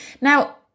now